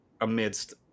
amidst